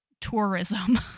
tourism